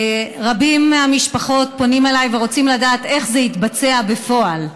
רבות מהמשפחות פונות אליי ורוצות לדעת איך זה התבצע בפועל.